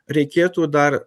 reikėtų dar